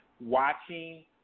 watching